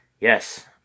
Yes